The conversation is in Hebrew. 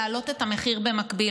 להעלות את המחיר במקביל,